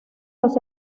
los